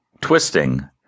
Twisting